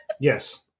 Yes